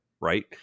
right